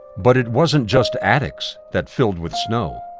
but it wasn't just attics that filled with snow.